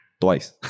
Twice